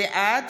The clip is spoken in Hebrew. בעד